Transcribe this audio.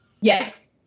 Yes